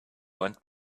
want